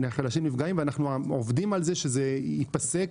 החלשים נפגעים, ואנחנו עובדים על זה שזה ייפסק.